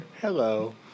Hello